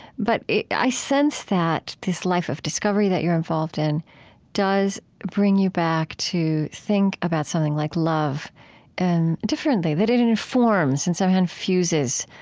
but i sense that this life of discovery that you're involved in does bring you back to think about something like love and differently that it informs and somehow infuses